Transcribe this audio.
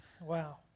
Wow